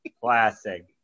Classic